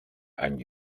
and